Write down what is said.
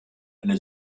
eine